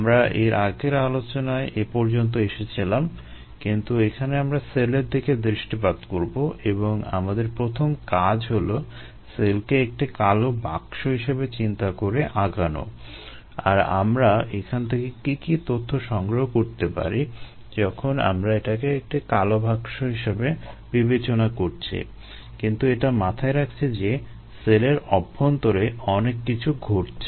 আমরা এর আগের আলোচনায় এ পর্যন্ত এসেছিলাম কিন্তু এখানে আমরা সেলের দিকে দৃষ্টিপাত করবো এবং আমাদের প্রথম কাজ হলো সেলকে একটি কালো বাক্স হিসেবে চিন্তা করে আগানো আর আমরা এখান থেকে কী কী তথ্য সংগ্রহ করতে পারি যখন আমরা এটাকে একটি কালো বাক্স হিসেবে বিবেচনা করছি কিন্তু এটা মাথায় রাখছি যে সেলের অভ্যন্তরে অনেক কিছু ঘটছে